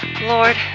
Lord